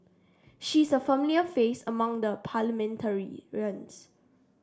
she is a familiar face among the